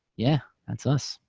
yeah, that's us.